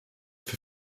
für